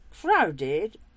Crowded